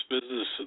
business